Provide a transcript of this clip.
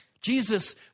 Jesus